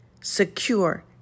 secure